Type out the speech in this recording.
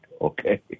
okay